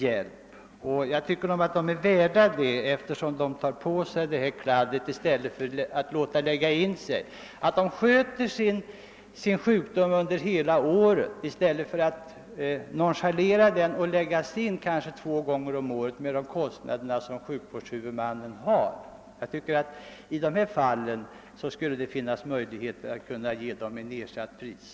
Det tycker jag också att de är värda, eftersom de tar på sig den besvärliga skötseln av sjukdomen i stället för att anlita sjukhus. Patienterna sköter om sin sjukdom under hela året, när de i stället kunde nonchalera den och lägga in sig på sjukhus två gånger om året med de kostnader som detta skulle innebära för sjukvårdshuvudmannen. I sådana fall tycker jag det skulle finnas möjligheter att ge patienterna dessa artiklar till nedsatt pris.